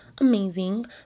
amazing